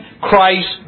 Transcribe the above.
Christ